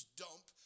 dump